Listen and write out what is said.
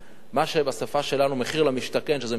מה שנקרא בשפה שלנו מחיר למשתכן, שזה מכרז הפוך,